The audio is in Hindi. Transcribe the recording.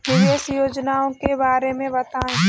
निवेश योजनाओं के बारे में बताएँ?